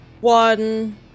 one